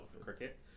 cricket